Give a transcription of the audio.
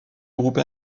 groupe